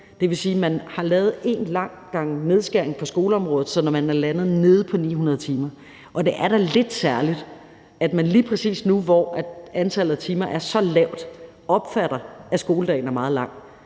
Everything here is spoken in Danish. Det vil sige, at man har lavet en lang omgang nedskæring på skoleområdet, sådan at man er landet nede på 900 timer. Og det er da lidt særligt, at man lige præcis nu, hvor antallet af timer er så lavt, synes, at skoledagen er meget lang.